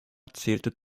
zählte